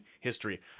history